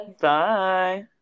bye